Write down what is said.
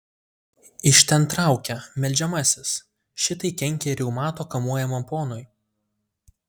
iš ten traukia meldžiamasis šitai kenkia reumato kamuojamam ponui